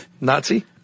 Nazi